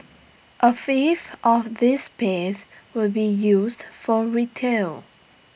A fifth of this space will be used for retail